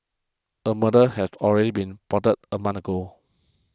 a murder had already been plotted a month ago